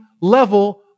level